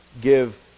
Give